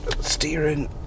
steering